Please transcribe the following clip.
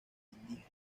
indígena